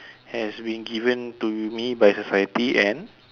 has been given to me by society and